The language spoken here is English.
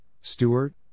Stewart